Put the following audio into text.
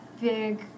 big